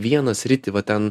vieną sritį va ten